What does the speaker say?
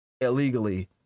illegally